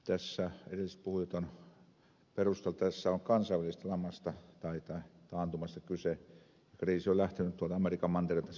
tässä edelliset puhujat ovat perustelleet jotta tässä on kansainvälisestä lamasta tai taantumasta kyse ja kriisi on lähtenyt tuolta amerikan mantereelta